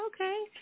okay